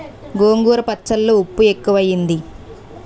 గోంగూర పచ్చళ్ళో ఉప్పు ఎక్కువైంది